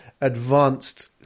advanced